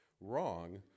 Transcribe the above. wrong